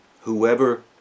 whoever